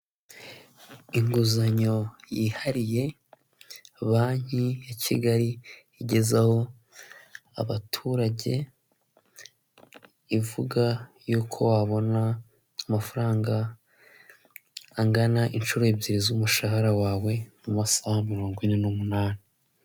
Inguzanyo yihariye banki ya Kigali igezaho abaturage, ivuga y'uko wabona amafaranga angana inshuro ebyiri z'umushahara wawe mu masaha mirongo ine n'umunani.